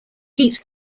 heats